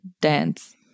dance